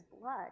blood